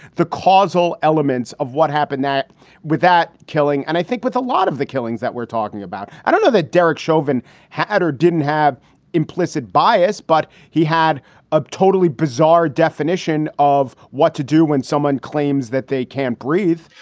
the causal elements of what happened that with that killing and i think with a lot of the killings that we're talking about, i don't know that derrick shervin had or didn't have implicit bias, but he had a totally bizarre definition of what to do when someone claims that they can't breathe.